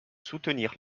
soutenir